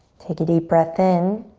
take a deep breath in